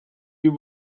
you